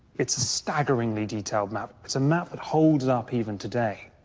it's a staggeringly detailed map, it's a map that holds up even today.